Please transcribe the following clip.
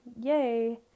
yay